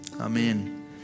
amen